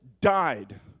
died